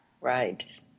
right